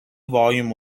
volume